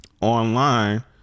online